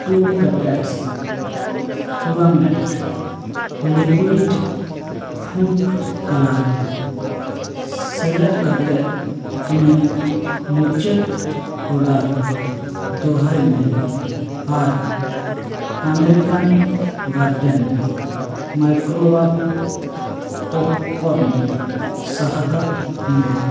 two packets ᱯᱩᱨᱟᱢᱮᱴ liquid food colour ᱥᱮᱞᱮᱫ ᱠᱟᱛᱮᱫ ᱤᱧᱟᱹᱜ ᱢᱩᱪᱟᱹᱫ ᱚᱰᱟᱨ ᱫᱚᱦᱲᱟᱭ ᱢᱮ ᱟᱨ ᱟᱢᱮᱨᱤᱠᱟᱱ ᱜᱟᱨᱰᱮᱱ ᱢᱟᱭᱠᱨᱳᱣᱮᱵᱷ ᱯᱚᱯᱠᱚᱨᱱ ᱥᱟᱦᱟᱠᱟᱜ ᱢᱮ